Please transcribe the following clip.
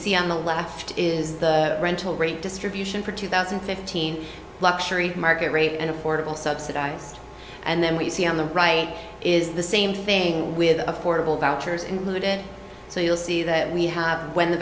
see on the left is the rental rate distribution for two thousand and fifteen luxury market rate and affordable subsidized and then we see on the right is the same thing with affordable vouchers included so you'll see that we have when the